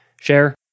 share